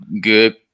good